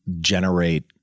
generate